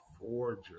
Forger